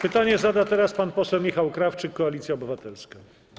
Pytanie zada teraz pan poseł Michał Krawczyk, Koalicja Obywatelska.